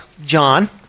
John